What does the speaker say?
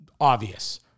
obvious